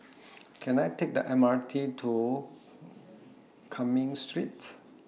Can I Take The M R T to Cumming Street